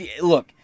Look